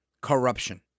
corruption